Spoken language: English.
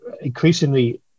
increasingly